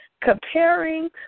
comparing